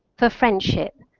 for friendship,